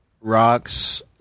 rocks